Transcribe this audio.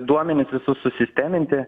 duomenis visus susisteminti